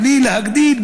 בלי להגדיל,